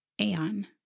Aeon